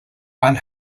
one